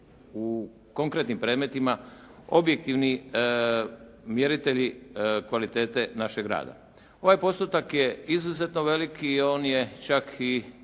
u konkretnim predmetima objektivni mjeritelji kvalitete našeg rada. Ovaj postotak je izuzetno velik i on je čak i